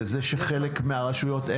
בזה שחלק מהרשויות,